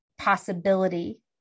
possibility